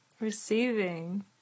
Receiving